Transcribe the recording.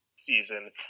season